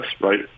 right